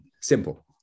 simple